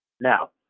Now